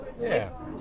Yes